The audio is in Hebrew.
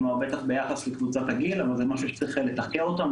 בטח ביחס לקבוצת הגיל אבל זה משהו שצריך לתחקר אותו.